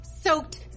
soaked